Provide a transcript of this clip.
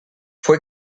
fue